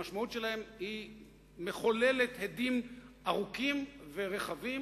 המשמעות שלהם מחוללת הדים ארוכים ורחבים,